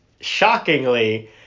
shockingly